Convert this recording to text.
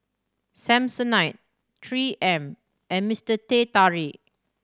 Samsonite Three M and Mister Teh Tarik